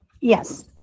Yes